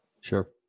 Sure